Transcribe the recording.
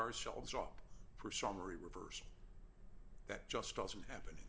ourselves up for summary rivers that just doesn't happen